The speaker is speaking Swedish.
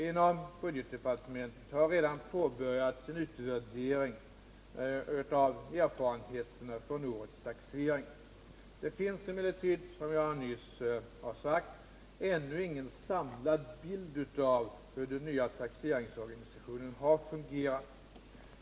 Inom budgetdepartementet har redan påbörjats en utvärdering av erfarenheterna från årets taxering. Det finns emellertid som jag nyss har sagt ännu ingen samlad bild av hur den nya taxeringsorganisationen har fungerat.